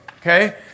Okay